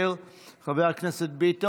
חבר הכנסת סעדי,